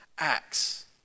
acts